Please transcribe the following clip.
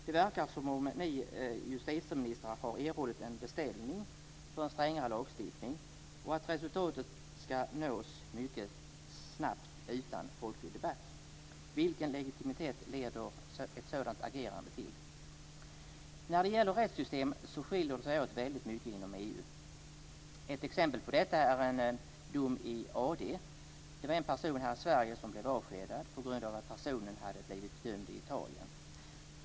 Det verkar som att ni justitieministrar har erhållit en beställning på en strängare lagstiftning och att resultatet ska nås mycket snabbt utan folklig debatt. Vilken legitimitet leder ett sådant agerande till? Rättssystemen skiljer sig väldigt mycket åt inom EU. Ett exempel på det är en dom i AD. Det var en person i Sverige som blev avskedad på grund av att personen hade blivit dömd i Italien.